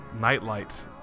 nightlight